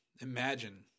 imagine